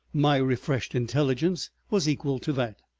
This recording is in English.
my refreshed intelligence was equal to that,